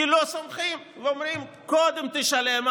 כי לא סומכים ואומרים: קודם תשלם,